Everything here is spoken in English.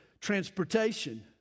transportation